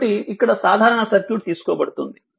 కాబట్టి ఇక్కడ సాధారణ సర్క్యూట్ తీసుకోబడుతుంది